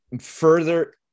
further